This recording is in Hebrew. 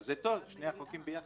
זה טוב, שני החוקים ביחד.